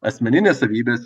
asmeninės savybės